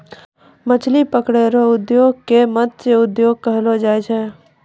मछली पकड़ै रो उद्योग के मतस्य उद्योग कहलो जाय छै